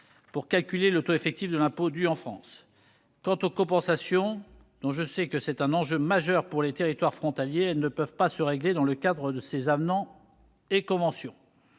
pour calculer le taux effectif de l'impôt dû en France. Quant aux compensations, dont je sais que c'est un enjeu majeur pour les territoires frontaliers, elles ne peuvent pas se régler dans le cadre de ces avenants et conventions.